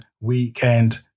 weekend